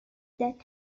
that